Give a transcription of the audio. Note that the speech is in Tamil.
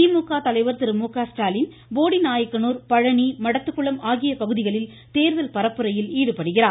திமுக தலைவர் திரு மு க ஸ்டாலின் போடிநாயக்கனூர் பழனி மடத்துக்குளம் ஆகிய பகுதிகளில் தேர்தல் பிரச்சாரத்தில் ஈடுபடுகிறார்